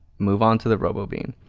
move on to the robo bean.